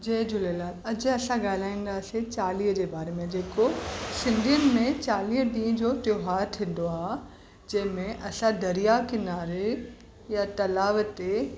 जय झूलेलाल अॼु असां ॻाल्हाईंदासीं चालीहे जे बारे में जेको सिंधियुनि में चालीह ॾींहं जो त्योहारु थींदो आहे जंहिंमें असां दरिया किनारे या तलाव ते